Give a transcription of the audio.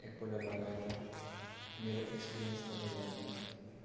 एकपल्ट लगाएर मेरो एक्सपिरियन्स तपाईँहरूलाई भन्दै छु